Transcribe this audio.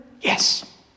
Yes